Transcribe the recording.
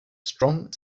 strong